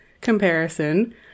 comparison